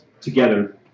together